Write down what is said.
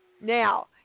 Now